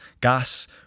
Gas